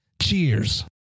Cheers